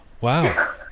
Wow